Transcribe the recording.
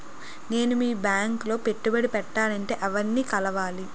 నేను మీ బ్యాంక్ లో పెట్టుబడి పెట్టాలంటే ఎవరిని కలవాలి?